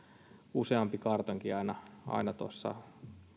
useampi kartonki aina aina tuossa